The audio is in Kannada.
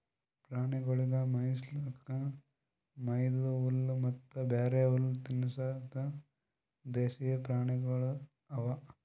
ಪ್ರಾಣಿಗೊಳಿಗ್ ಮೇಯಿಸ್ಲುಕ್ ವೈದು ಹುಲ್ಲ ಮತ್ತ ಬ್ಯಾರೆ ಹುಲ್ಲ ತಿನುಸದ್ ದೇಶೀಯ ಪ್ರಾಣಿಗೊಳ್ ಅವಾ